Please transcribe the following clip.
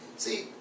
See